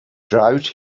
drought